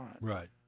Right